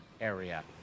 area